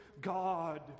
God